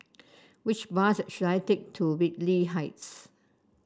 which bus should I take to Whitley Heights